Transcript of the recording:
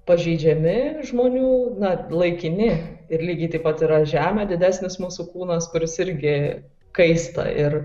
pažeidžiami žmonių na laikini ir lygiai taip pat yra žemė didesnis mūsų kūnas kuris irgi kaista ir